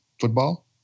football